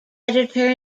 editor